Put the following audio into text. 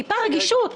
טיפה רגישות.